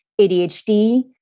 ADHD